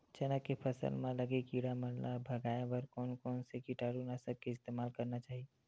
चना के फसल म लगे किड़ा मन ला भगाये बर कोन कोन से कीटानु नाशक के इस्तेमाल करना चाहि?